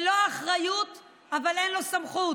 שלו האחריות אבל אין לו סמכות